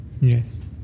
yes